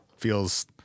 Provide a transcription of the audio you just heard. feels